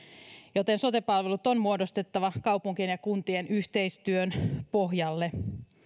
joten sote palvelut on muodostettava kaupunkien ja kuntien yhteistyön pohjalle